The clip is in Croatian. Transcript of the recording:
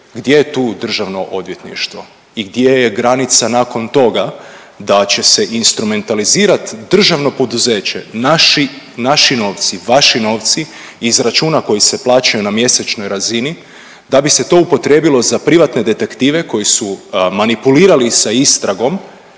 Gdje je tu Državno odvjetništvo i gdje je granica nakon toga da će se instrumentalizirat državno poduzeće, naši, naši novci, vaši novci iz računa koji se plaćaju na mjesečnoj razini da bi se to upotrijebilo za privatne detektive koji su manipulirali sa istragom